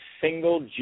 single